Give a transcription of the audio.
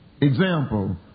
Example